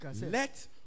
Let